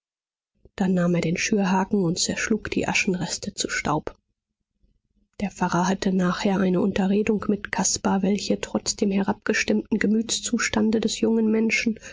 dann nahm er den schürhaken und zerschlug die aschenreste zu staub der pfarrer hatte nachher eine unterredung mit caspar welche trotz dem herabgestimmten gemütszustande des jungen menschen